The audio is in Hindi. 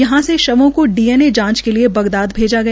यहां से शवों को डीएनए जांच के लिए बगदाद भैजा गया